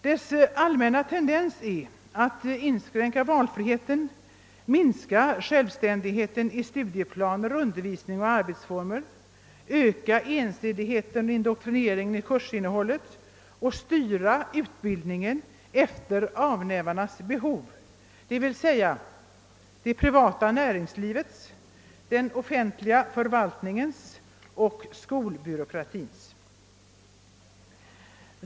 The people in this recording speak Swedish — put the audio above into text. Dess allmänna tendens är att inskränka valfriheten, minska självständigheten i studieplaner, undervisning och arbetsformer, öka ensidigheten och indoktrineringen i kursinnehållet och styra utbildningen efter avnämarnas behov, d. v. s. det privata näringslivets, den offentliga förvaltningens och skolbyråkratins.